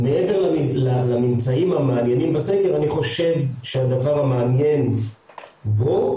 מעבר לממצאים המעניינים בסקר אני חושב שהדבר המעניין בו,